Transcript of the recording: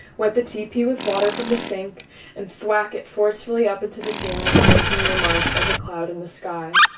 wet the tp with water from the sink and thwack it forcefully up into the ceiling, making your mark as a cloud in the sky.